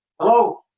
Hello